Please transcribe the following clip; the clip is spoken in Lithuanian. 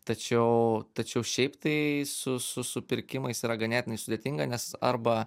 tačiau tačiau šiaip tai su pirkimais yra ganėtinai sudėtinga nes arba